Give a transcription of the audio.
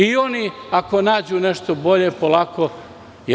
I oni, ako nađu nešto bolje, polako odlaze.